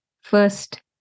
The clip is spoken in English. first